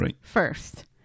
first